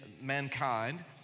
mankind